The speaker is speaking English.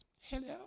Hello